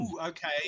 okay